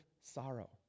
sorrow